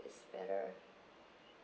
is better